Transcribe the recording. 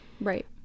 Right